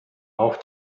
auch